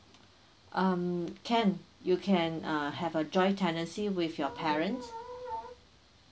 um can you can uh have a joint tenancy with your parents